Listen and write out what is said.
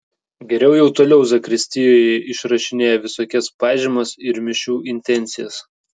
geriau jau toliau zakristijoje išrašinėja visokias pažymas ir mišių intencijas